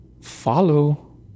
follow